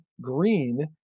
green